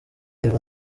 yego